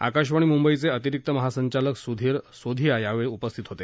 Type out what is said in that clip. आकाशवाणी मुंबईचे अतिरिक्त महासंचालक सुधीर सोधिया यावेळी उपस्थित होते